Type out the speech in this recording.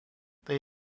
they